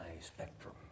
spectrum